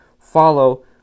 follow